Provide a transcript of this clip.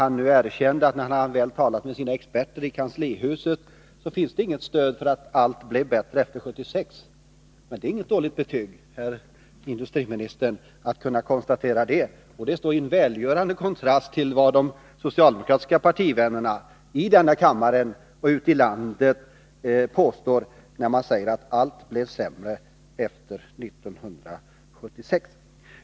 Han sade, att när han nu talat med sina experter i kanslihuset, har han kommit fram till att det inte finns något stöd för påståendet att allt blev sämre efter 1976. Det är inget dåligt betyg, herr industriminister. Det ståri en välgörande kontrast till vad industriministerns partivänner i denna kammare och ute i landet påstår. Man säger att allt blev sämre efter 1976.